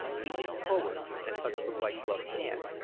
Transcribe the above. he leaned forward and touched the white-gloved hand.